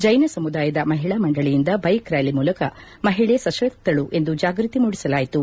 ಜೈನ ಸಮುದಾಯದ ಮಹಿಳಾ ಮಂಡಳಿಯಿಂದ ಬೈಕ್ ರ್ಡಾಲಿ ಮೂಲಕ ಮಹಿಳೆ ಸತಕ್ತಳು ಎಂದು ಜಾಗೃತಿ ಮೂಡಿಸಲಾಯಿತು